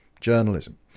journalism